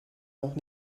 noch